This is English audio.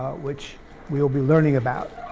which we'll be learning about.